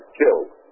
killed